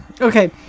okay